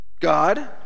God